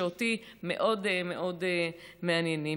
שאותי מאוד מעניינים,